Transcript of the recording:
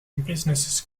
businesses